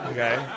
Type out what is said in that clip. Okay